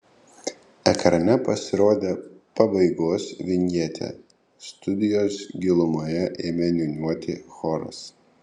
ekrane pasirodė pabaigos vinjetė studijos gilumoje ėmė niūniuoti choras